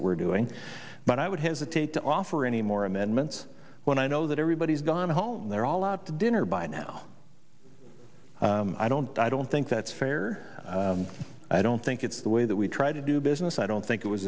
that we're doing but i would hesitate to offer any more amendments when i know that everybody's gone home and they're all out to dinner by now i don't i don't think that's fair i don't think it's the way that we try to do business i don't think it was